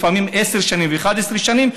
לפעמים 10 שנים ו-11 שנים,